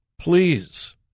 Please